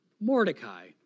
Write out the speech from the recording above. Mordecai